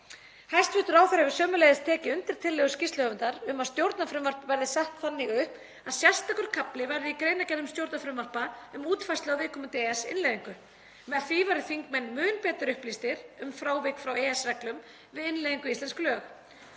Hæstv. ráðherra hefur sömuleiðis tekið undir tillögur skýrsluhöfunda um að stjórnarfrumvörp verði sett þannig upp að sérstakur kafli verði í greinargerðum stjórnarfrumvarpa um útfærslu á viðkomandi EES-innleiðingu. Með því væru þingmenn mun betur upplýstir um frávik frá EES-reglum við innleiðingu í íslensk lög.